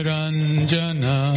Ranjana